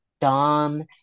dom